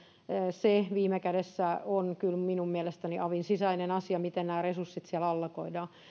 se viime kädessä on kyllä minun mielestäni avin sisäinen asia miten nämä resurssit siellä allokoidaan